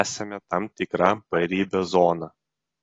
esame tam tikra paribio zona